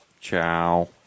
Ciao